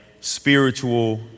spiritual